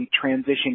transition